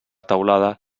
teulada